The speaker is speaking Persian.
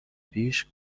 پیش